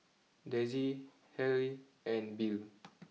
Dezzie Halle and Bill